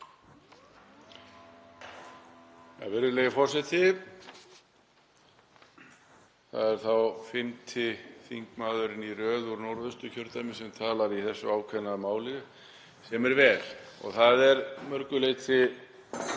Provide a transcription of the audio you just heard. Það er þá fimmti þingmaðurinn í röð úr Norðausturkjördæmi sem talar í þessu ákveðna máli sem er vel og það er að mörgu leyti